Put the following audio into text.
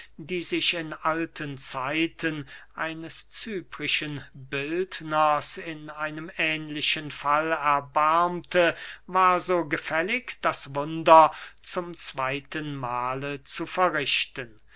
die sich in alten zeiten eines cyprischen bildners in einem ähnlichen fall erbarmte war so gefällig das wunder zum zweyten mahle zu verrichten